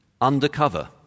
Undercover